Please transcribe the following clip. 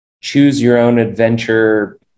choose-your-own-adventure